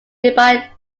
nearby